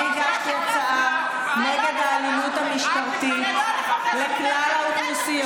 אני הגשתי הצעה נגד האלימות המשטרתית נגד כלל האוכלוסיות.